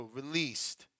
released